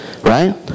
Right